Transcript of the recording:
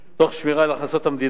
תוך שמירה על הכנסות המדינה.